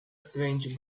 strange